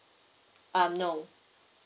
um no